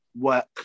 work